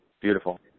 Beautiful